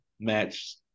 match